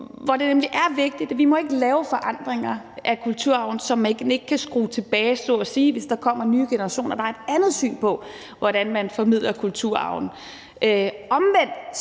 hvor det nemlig er vigtigt, at vi ikke må lave forandringer af kulturarven, som man så at sige ikke kan skrue tilbage, hvis der kommer nye generationer, der har et andet syn på, hvordan man formidler kulturarven. Omvendt